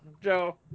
joe